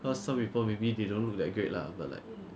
because some people maybe they don't like that great lah but like